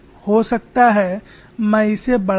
हो सकता है मैं इसे बड़ा करूँ